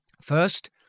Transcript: First